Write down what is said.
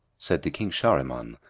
said to king shahriman,